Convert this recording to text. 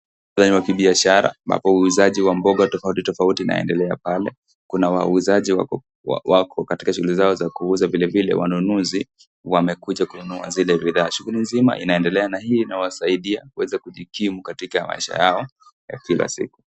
Muktadha ni wa kibiashara ambapo uuzaji wa mboga tofautitofauti unaendelea pale. Kuna wauzaji wako katika shughuli zao za kuuza, vilevile wanunuzi wamekuja kununua zile bidhaa. Shughuli nzima inaendelea na hio inawasaidia kuweza kujikimu katika maisha yao ya kila siku.